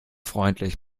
freundlich